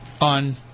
on